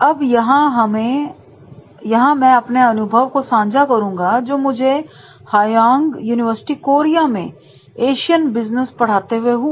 अब यहां मैं अपने अनुभव को सांझा करूंगा जो मुझे हायआंग यूनिवर्सिटी कोरिया में एशियन बिजनेस पढ़ाते हुए हुआ